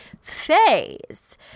phase